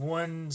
one